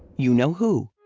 you know who!